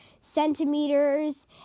centimeters